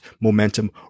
momentum